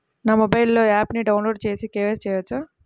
నా మొబైల్లో ఆప్ను డౌన్లోడ్ చేసి కే.వై.సి చేయచ్చా?